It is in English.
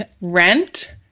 rent